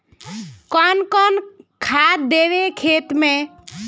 कौन कौन खाद देवे खेत में?